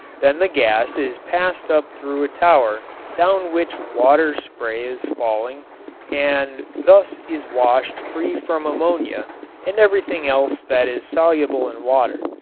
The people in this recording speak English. then the gas is passed up through a tower down which water spray is falling and thus is washed free from ammonia and everything else that is soluble in water.